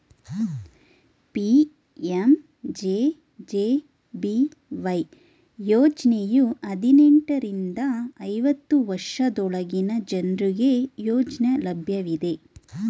PMJJBY ಯೋಜ್ನಯು ಹದಿನೆಂಟು ರಿಂದ ಐವತ್ತು ವರ್ಷದೊಳಗಿನ ಜನ್ರುಗೆ ಯೋಜ್ನ ಲಭ್ಯವಿದೆ